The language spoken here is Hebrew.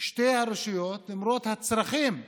שתי הרשויות, למרות הצרכים השונים,